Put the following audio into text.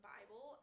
Bible